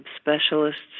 specialists